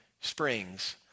springs